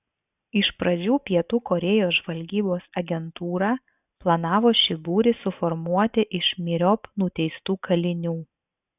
iš pradžių pietų korėjos žvalgybos agentūra planavo šį būrį suformuoti iš myriop nuteistų kalinių